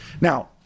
Now